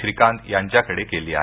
श्रीकांत यांच्याकडे केली आहे